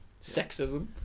Sexism